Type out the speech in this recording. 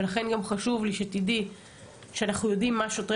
ולכן גם חשוב לי שתדעי שאנחנו יודעים מה שוטרי